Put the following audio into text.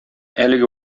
әлеге